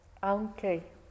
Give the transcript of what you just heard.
aunque